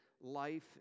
life